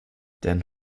dein